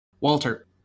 Walter